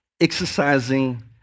exercising